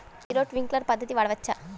పత్తిలో ట్వింక్లర్ పద్ధతి వాడవచ్చా?